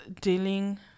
dealing